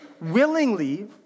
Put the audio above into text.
willingly